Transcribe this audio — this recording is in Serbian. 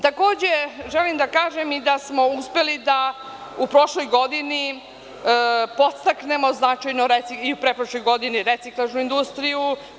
Takođe, želim da kažem i da smo uspeli da u prošloj godini podstaknemo značajnu, i u pretprošloj godini, reciklažnu industriju.